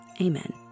amen